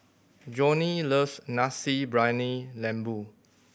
Johnnie loves Nasi Briyani Lembu